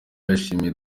yashimiye